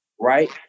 right